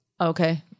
okay